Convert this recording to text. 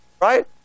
Right